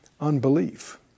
Unbelief